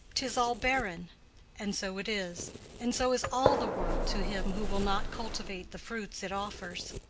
tis all barren' and so it is and so is all the world to him who will not cultivate the fruits it offers.